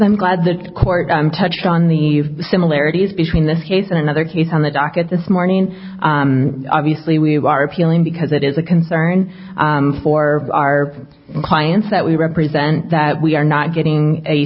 i'm glad that court i'm touched on the similarities between this case and another case on the docket this morning obviously we were appealing because it is a concern for our clients that we represent that we are not getting a